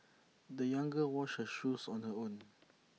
the young girl washed her shoes on her own